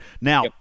Now